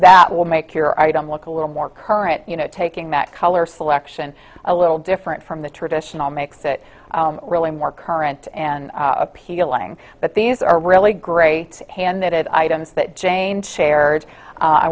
that will make your item look a little more current you know taking that color selection a little different from the traditional makes it really more current and appealing but these are really great hand that items that jane shared